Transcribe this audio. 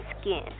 skin